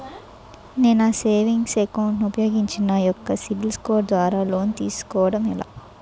నేను నా savings account ను ఉపయోగించి నా యెక్క సిబిల్ స్కోర్ ద్వారా లోన్తీ సుకోవడం ఎలా?